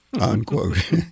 unquote